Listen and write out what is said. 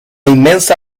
inmensa